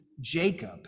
Jacob